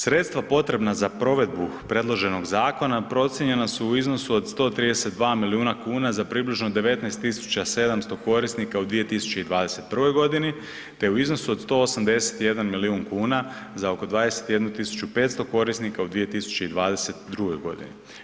Sredstva potrebna za provedbu predloženog zakona procijenjena su u iznosu od 132 milijuna kuna za približno 19.700 korisnika u 2021. godini te u iznosu od 181 milion kuna za oko 21.500 korisnika u 2022. godini.